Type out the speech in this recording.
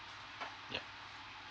yeah